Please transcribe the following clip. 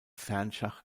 fernschach